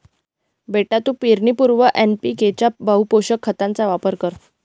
बेटा तू पेरणीपूर्वी एन.पी.के च्या बहुपोषक खताचा वापर कर